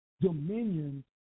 dominion